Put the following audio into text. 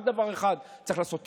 רק דבר אחד צריך לעשות תיקון,